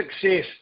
success